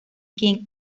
king